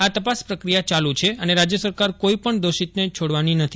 આ તપાસ પ્રક્રિયા ચાલુ છે અને રાજય સરકાર કોઇપજ્ઞ દોષિતને છોડવાની નથી